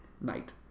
night